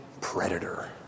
predator